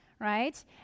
right